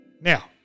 Now